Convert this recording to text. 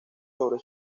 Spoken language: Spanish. sobre